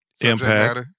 Impact